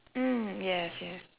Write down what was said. mm yes yes